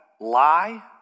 lie